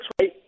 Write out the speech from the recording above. right